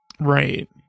Right